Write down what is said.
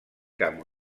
cap